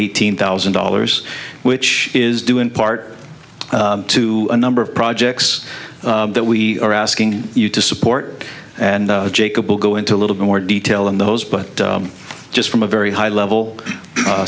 eighteen thousand dollars which is due in part to a number of projects that we are asking you to support and jacob will go into a little bit more detail on those but just from a very high level a